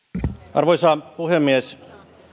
arvoisa puhemies